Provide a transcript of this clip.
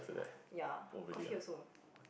ya coffee also